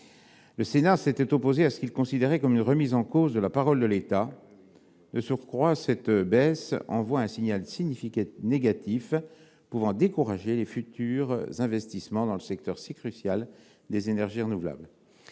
Le Sénat s'était opposé à ce qu'il estimait être une remise en cause de la parole de l'État. De surcroît, cette baisse envoie un signal négatif pouvant décourager de futurs investissements dans le secteur si crucial des énergies renouvelables.